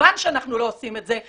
וכיוון שאנחנו לא עושים את זה,